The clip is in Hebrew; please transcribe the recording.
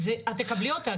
ואת תקבלי אותה,